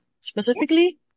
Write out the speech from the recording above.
specifically